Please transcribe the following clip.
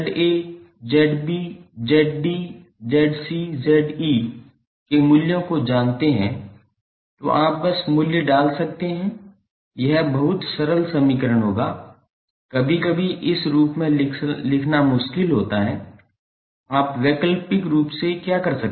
अब यदि आप 𝑍𝐴𝑍𝐵𝑍𝐷𝑍𝐶𝑍𝐸 के मूल्यों को जानते हैं तो आप बस मूल्य डाल सकते हैं यह बहुत सरल समीकरण होगा कभी कभी इस रूप में लिखना मुश्किल होता है आप वैकल्पिक रूप से क्या कर सकते हैं